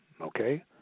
Okay